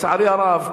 לצערי הרב,